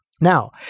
Now